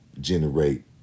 generate